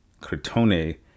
Cretone